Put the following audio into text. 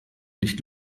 nicht